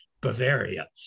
bavaria